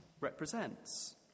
represents